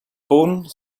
punt